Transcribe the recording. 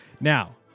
Now